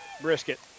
brisket